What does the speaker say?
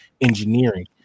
engineering